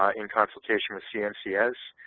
ah in consultation with cncs,